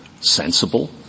sensible